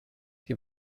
die